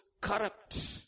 corrupt